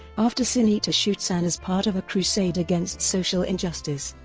after sin-eater shoots ann as part of a crusade against social injustice,